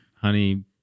Honey